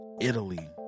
italy